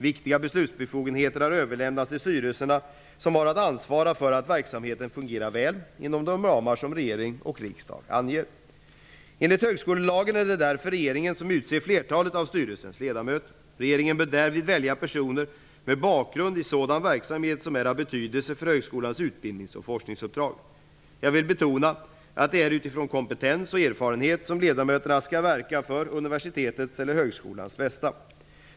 Viktiga beslutsbefogenheter har överlämnats till styrelserna, som har att ansvara för att verksamheten fungerar väl inom de ramar som regering och riksdag anger. Enligt högskolelagen är det därför regeringen som utser flertalet av styrelsens ledamöter. Regeringen bör därvid välja personer med bakgrund i sådan verksamhet som är av betydelse för högskolans utbildnings och forskningsuppdrag. Jag vill betona att det är utifrån kompetens och erfarenhet som ledamöterna skall verka för universitetets/högskolans bästa.